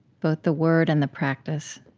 both the word and the practice.